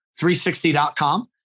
360.com